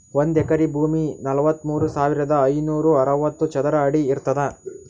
ಒಂದ್ ಎಕರಿ ಭೂಮಿ ನಲವತ್ಮೂರು ಸಾವಿರದ ಐನೂರ ಅರವತ್ತು ಚದರ ಅಡಿ ಇರ್ತದ